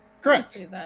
Correct